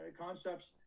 concepts